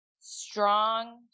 strong